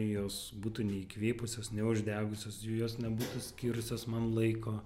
jos būtų neįkvėpusios neuždegusios jos nebūtų skyrusios man laiko